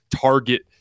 target